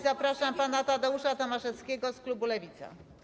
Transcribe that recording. Zapraszam pana posła Tadeusza Tomaszewskiego z klubu Lewica.